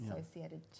associated